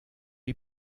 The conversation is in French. est